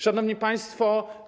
Szanowni Państwo!